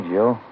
Joe